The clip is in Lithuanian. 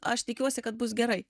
aš tikiuosi kad bus gerai